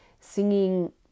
singing